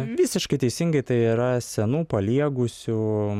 visiškai teisingai tai yra senų paliegusių